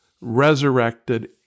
resurrected